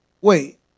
wait